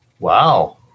Wow